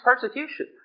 persecution